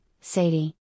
Sadie